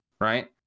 right